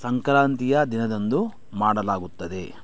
ಸಂಕ್ರಾಂತಿಯ ದಿನದಂದು ಮಾಡಲಾಗುತ್ತದೆ